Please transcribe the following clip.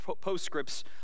postscripts